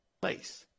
place